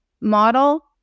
model